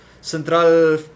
Central